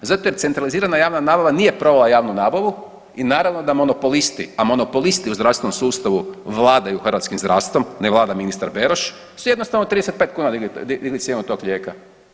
Zato jer centralizirana javna nabava nije provela javnu nabavu i naravno da monopolisti, a monopolisti u zdravstvenom sustavu vladaju hrvatskim zdravstvom, ne vlada ministar Beroš su jednostavno 35 kuna digli cijenu tog lijeka.